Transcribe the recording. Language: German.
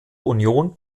union